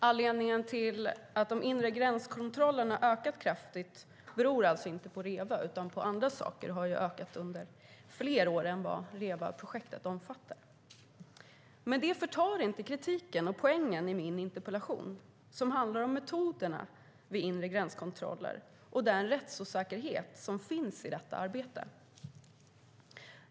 Anledningen till att de inre gränskontrollerna ökat kraftigt är alltså inte REVA utan andra saker, och de har ökat under fler år än vad REVA-projektet omfattar. Men det förtar inte kritiken och poängen i min interpellation, som handlar om metoderna vid inre gränskontroller och den rättsosäkerhet som finns i detta arbete.